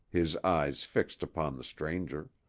his eyes fixed upon the stranger.